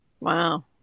Wow